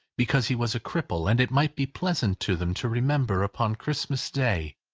because he was a cripple, and it might be pleasant to them to remember upon christmas day,